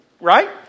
Right